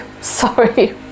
sorry